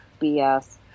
BS